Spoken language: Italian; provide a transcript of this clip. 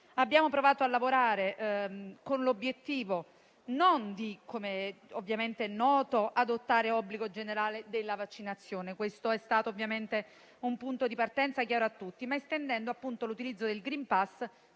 abbiamo provato a lavorare con l'obiettivo non di adottare l'obbligo generale della vaccinazione - questo è stato un punto di partenza chiaro a tutti - ma estendendo l'utilizzo del *green pass*